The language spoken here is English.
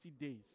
days